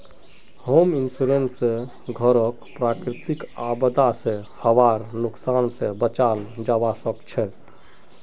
home insurance स घरक प्राकृतिक आपदा स हबार नुकसान स बचाल जबा सक छह